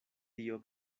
dio